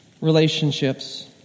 relationships